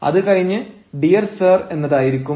അത് കഴിഞ്ഞ് dear sir എന്നതായിരിക്കും